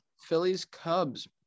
Phillies-Cubs